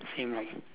same leh